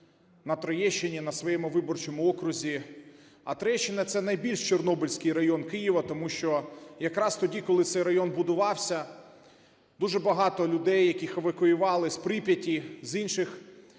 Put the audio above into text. на Троєщині, на своєму виборчому окрузі. А Троєщина – це найбільш чорнобильський район Києва. Тому що якраз тоді, коли цей район будувався, дуже багато людей, яких евакували з Прип'яті, з інших